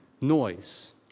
noise